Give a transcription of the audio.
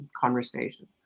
conversation